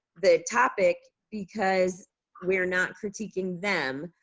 the topic because we're not critiquing them,